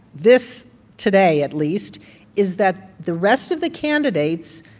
this today, at least is that the rest of the candidates,